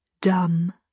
dumb